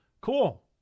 Cool